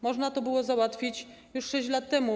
Można było załatwić to już 6 lat temu.